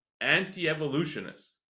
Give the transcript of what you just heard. anti-evolutionists